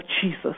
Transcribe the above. Jesus